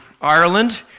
Ireland